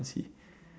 ~cy